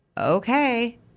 Okay